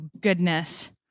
goodness